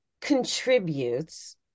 contributes